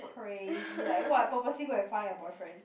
crazy like what purposely go and find a boyfriend